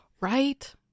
Right